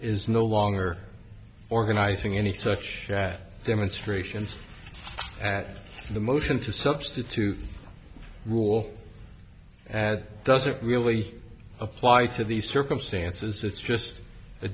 is no longer organizing any such demonstrations at the motion to substitute rule and it doesn't really apply to these circumstances it's just a